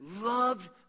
loved